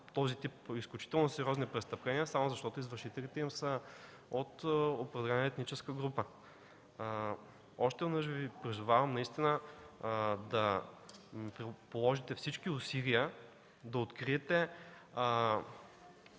този тип изключително сериозни престъпления, само защото извършителите им са от определена етническа група. Още веднъж Ви призовавам да положите всички усилия да откриете